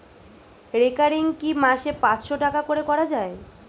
Recurring কি মাসে পাঁচশ টাকা করে করা যায়?